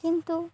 କିନ୍ତୁ